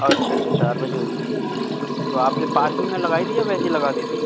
अच्छा अच्छा अच्छा चार बजे हुई थी तो आपने पार्किंग में लगाई थी या वैसे ही लगा दी थी